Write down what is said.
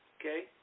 Okay